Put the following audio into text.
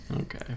Okay